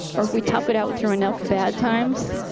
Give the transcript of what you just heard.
or if we tough it out through enough bad times,